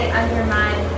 undermine